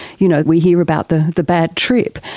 you know, we hear about the the bad trip.